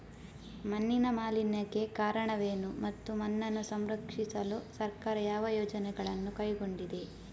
ಮಣ್ಣಿನ ಮಾಲಿನ್ಯಕ್ಕೆ ಕಾರಣವೇನು ಮತ್ತು ಮಣ್ಣನ್ನು ಸಂರಕ್ಷಿಸಲು ಸರ್ಕಾರ ಯಾವ ಯೋಜನೆಗಳನ್ನು ಕೈಗೊಂಡಿದೆ?